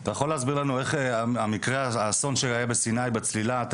אתה יכול להסביר לנו על אסון הצלילה שהיה בסיני,